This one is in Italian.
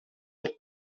del